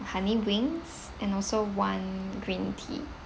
honey wings and also one green tea